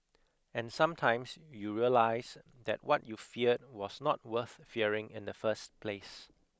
and sometimes you realise that what you feared was not worth fearing in the first place